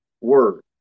Word